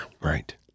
Right